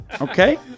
Okay